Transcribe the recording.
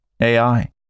AI